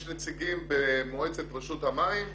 יש נציגים במועצת רשות המים.